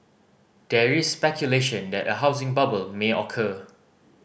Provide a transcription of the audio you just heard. there is speculation that a housing bubble may occur